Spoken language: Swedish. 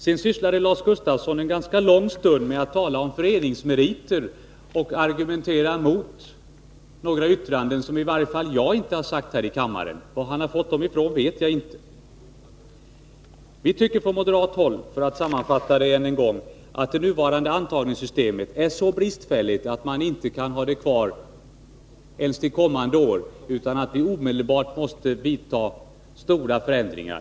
Sedan sysslade Lars Gustafsson en ganska lång stund med att tala om föreningsmeriter och argumentera mot några yttranden som i varje fall jag inte har fällt här i kammaren. Var han har fått dem ifrån vet jag inte. Vi tycker från moderat håll — för att sammanfatta det än en gång — att det nuvarande antagningssystemet är så bristfälligt att vi inte kan ha det kvar ens till kommande år utan omedelbart måste vidta stora förändringar.